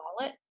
wallet